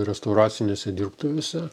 restauracinėse dirbtuvėse